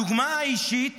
הדוגמה האישית